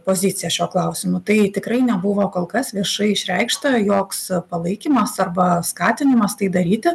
poziciją šiuo klausimu tai tikrai nebuvo kol kas viešai išreikšta joks palaikymas arba skatinimas tai daryti